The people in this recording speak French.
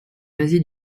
asie